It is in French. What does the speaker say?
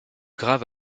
grave